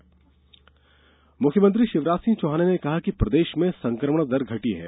CM संबोधन मुख्यमंत्री शिवराज सिंह चौहान ने कहा है कि प्रदेश में संक्रमण दर घटी है